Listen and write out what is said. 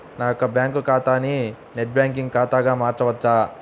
నా యొక్క బ్యాంకు ఖాతాని నెట్ బ్యాంకింగ్ ఖాతాగా మార్చవచ్చా?